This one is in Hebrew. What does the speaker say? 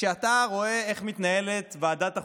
כשאתה רואה איך מתנהלת ועדת החוקה,